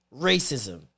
Racism